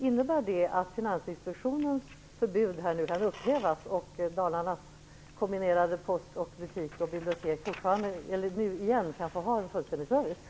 Innebär det att Finansinspektionens förbud nu kan upphävas och att Dalarnas kombinerade postkontor, butiker och bibliotek återigen kan få ha en fullständig service?